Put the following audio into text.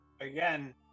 again